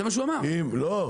לא, לא.